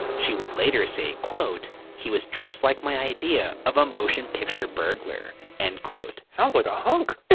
she would later say, he was dressed like my idea of a motion-picture burglar. and sounds like a hunk,